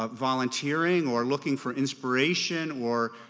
but volunteering or looking for inspiration or